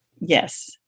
Yes